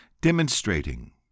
Demonstrating